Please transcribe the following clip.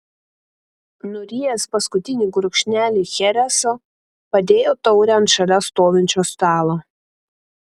nurijęs paskutinį gurkšnelį chereso padėjo taurę ant šalia stovinčio stalo